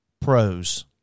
Pros